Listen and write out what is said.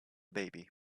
baby